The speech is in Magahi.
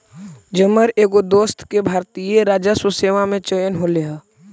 जमर एगो दोस्त के भारतीय राजस्व सेवा में चयन होले हे